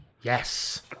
Yes